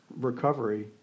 recovery